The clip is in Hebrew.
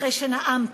אחרי שנאמת,